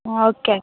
okay అండి